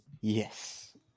Yes